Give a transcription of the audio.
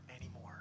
anymore